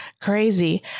crazy